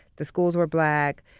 the schools were black,